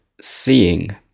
seeing